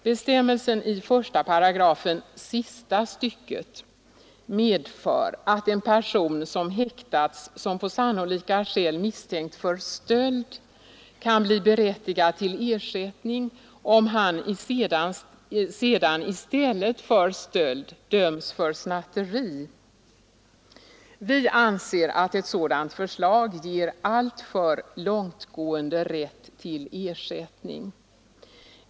Bestämmelsen i 1 § sista stycket medför att en person som häktats som på sannolika skäl misstänkt för stöld kan bli berättigad till ersättning om han sedan i stället för stöld döms för snatteri. Vi anser att sådant förslag ger alltför långtgående rätt till ersättning.